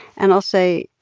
and i'll say,